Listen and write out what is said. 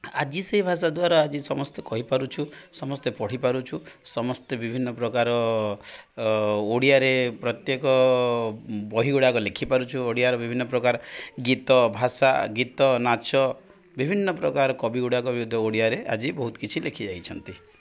ଆଜି ସେଇ ଭାଷା ଦ୍ୱାରା ଆଜି ସମସ୍ତେ କହିପାରୁଛୁ ସମସ୍ତେ ପଢ଼ିପାରୁଛୁ ସମସ୍ତେ ବିଭିନ୍ନ ପ୍ରକାର ଓଡ଼ିଆରେ ପ୍ରତ୍ୟେକ ବହି ଗୁଡ଼ାକ ଲେଖିପାରୁଛୁ ଓଡ଼ିଆର ବିଭିନ୍ନ ପ୍ରକାର ଗୀତ ଭାଷା ଗୀତ ନାଚ ବିଭିନ୍ନ ପ୍ରକାର କବିଗୁଡ଼ାକ ଓଡ଼ିଆରେ ଆଜି ବହୁତ କିଛି ଲେଖି ଯାଇଛନ୍ତି